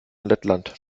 lettland